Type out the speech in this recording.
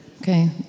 Okay